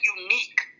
unique